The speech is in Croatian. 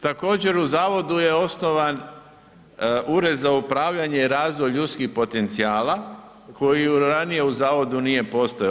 Također u zavodu je osnovan Ured za upravljanje i razvoj ljudskih potencijala koji ranije u zavodu nije postojao.